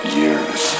years